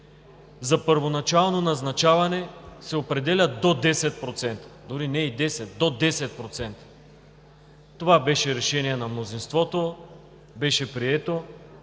за първоначално назначаване се определят до 10%, а дори не е 10 – до 10%. Това беше решението на мнозинството и беше прието,